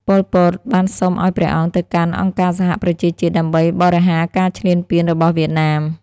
ប៉ុល ពត បានសុំឱ្យព្រះអង្គទៅកាន់អង្គការសហប្រជាជាតិដើម្បីបរិហារការឈ្លានពានរបស់វៀតណាម។